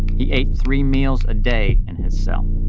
he ate three meals a day in his cell,